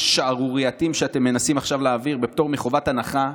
השערורייתיים שאתם מנסים עכשיו להעביר בפטור מחובת הנחה,